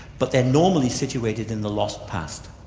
but they're normally situated in the lost past,